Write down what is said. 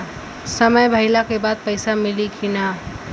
समय भइला के बाद पैसा मिली कि ना?